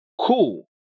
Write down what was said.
cool